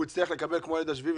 הוא יצטרך לקבל כמו הילד השביעי,